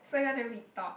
so you want to read thought